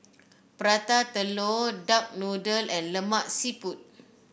Prata Telur Duck Noodle and Lemak Siput